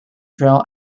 trail